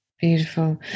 Beautiful